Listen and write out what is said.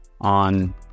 on